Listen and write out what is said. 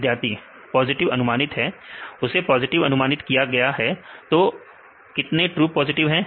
विद्यार्थी पॉजिटिव अनुमानित है उसे पॉजिटिव अनुमानित किया गया है तो कितने ट्रू पॉजिटिव हैं